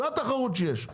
זה התחרות שיש,